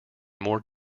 more